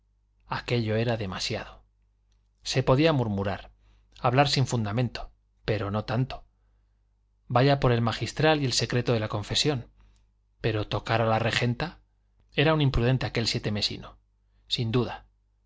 aquello era demasiado se podía murmurar hablar sin fundamento pero no tanto vaya por el magistral y el secreto de la confesión pero tocar a la regenta era un imprudente aquel sietemesino sin duda